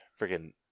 Freaking